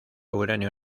uranio